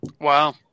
Wow